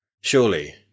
Surely